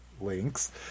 links